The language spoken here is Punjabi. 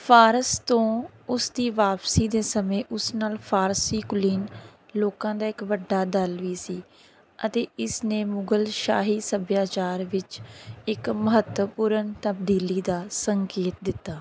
ਫ਼ਾਰਸ ਤੋਂ ਉਸ ਦੀ ਵਾਪਸੀ ਦੇ ਸਮੇਂ ਉਸ ਨਾਲ ਫ਼ਾਰਸੀ ਕੁਲੀਨ ਲੋਕਾਂ ਦਾ ਇੱਕ ਵੱਡਾ ਦਲ ਵੀ ਸੀ ਅਤੇ ਇਸ ਨੇ ਮੁਗ਼ਲ ਸ਼ਾਹੀ ਸੱਭਿਆਚਾਰ ਵਿੱਚ ਇੱਕ ਮਹੱਤਵਪੂਰਨ ਤਬਦੀਲੀ ਦਾ ਸੰਕੇਤ ਦਿੱਤਾ